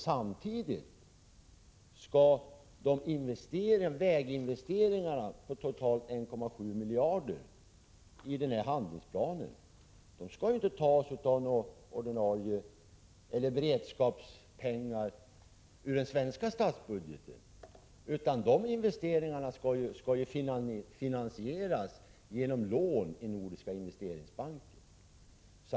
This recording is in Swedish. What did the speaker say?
Samtidigt skall inte de totalt 1,7 miljarderna för väginvesteringarna i handlingsplanen tas från beredskapspengar i den svenska statsbudgeten, utan dessa investeringar skall finansieras genom lån i Nordiska investeringsbanken.